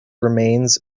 remains